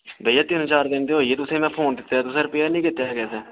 भैया तिन चार दिन ते होई गे तुसेंगी में फोन दित्ते दे तुसें रपेयर नेईं कीते दा अजें